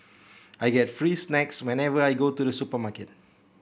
I get free snacks whenever I go to the supermarket